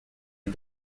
est